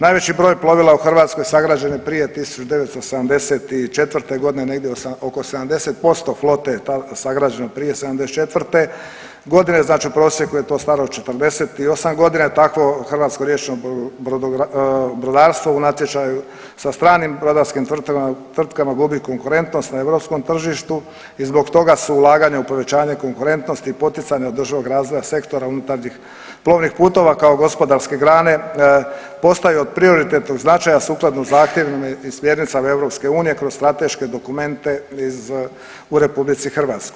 Najveći broj plovila u Hrvatskoj sagrađen je prije 1974. g., negdje oko 70% flote je sagrađeno prije '74. g., znači u prosjeku je to staro 48 godina i takvo hrvatsko riječno brodarstvo u natječaju sa stranim brodarskih tvrtkama gubi konkurentnost na europskom tržištu i zbog toga su ulaganja u povećanje konkurentnosti i poticanje održivog razvoja sektora unutarnjih plovnim putova kao gospodarske grane, postaje od prioritetnog značaja sukladno zahtjevima i smjernicama EU kroz strateške dokumente u RH.